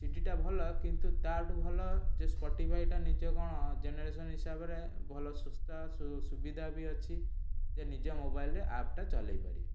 ସିଡ଼ିଟା ଭଲ କିନ୍ତୁ ତା'ଠୁ ଭଲ ଯେ ସ୍ପଟିଫାଏଟା ନିଜେ କ'ଣ ଜେନେରେସନ୍ ହିସାବରେ ଭଲ ଶସ୍ତା ସୁବିଧା ବି ଅଛି ଯେ ନିଜ ମୋବାଇଲ୍ରେ ଆପ୍ଟା ଚଲାଇପାରିବେ